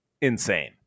insane